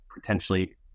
potentially